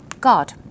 God